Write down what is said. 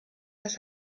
das